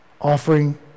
offering